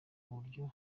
uburyo